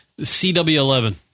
CW11